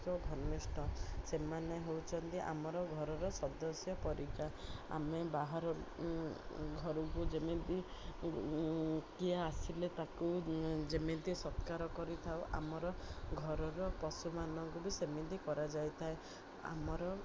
ଏକ ଘନିଷ୍ଠ ସେମାନେ ହେଉଛନ୍ତି ଆମର ଘରର ସଦସ୍ୟ ପରିକା ଆମେ ବାହାର ଘରକୁ ଯେମିତି କିଏ ଆସିଲେ ତାକୁ ଯେମିତି ସତ୍କାର କରିଥାଉ ଆମର ଘରର ପଶୁମାନଙ୍କୁ ବି ସେମିତି କରାଯାଇଥାଏ ଆମର